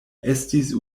estis